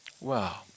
Wow